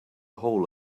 hole